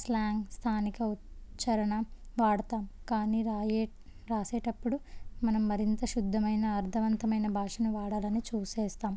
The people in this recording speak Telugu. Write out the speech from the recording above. స్లాంగ్ స్థానిక ఉచ్చరణ వాడతాము కానీ వ్రాసే వ్రాసేటప్పుడు మనం మరింత శుద్ధమైన అర్థవంతమైన భాషను వాడాలని చూస్తాము